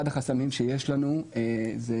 אחד החסמים שיש לנו זה,